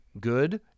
Good